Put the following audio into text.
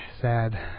Sad